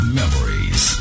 memories